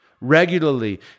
Regularly